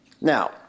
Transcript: Now